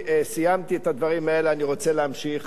משסיימתי את הדברים האלה, אני רוצה להמשיך